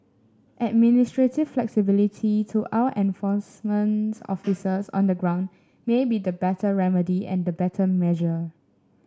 administrative flexibility to our enforcement officers on the ground may be the better remedy and the better measure